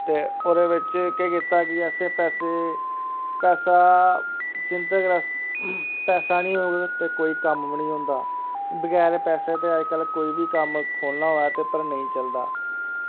ते ओह्दे बिच केह् कीता कि असैं पैसे पैसा जिन्ने तकर अस पैसा निं होग ते कोई कम्म वी निं होंदा ते बगैर पैसे ते अजकल्ल कोई बी कम्म खोल्लना होऐ ते पर नेईं चलदा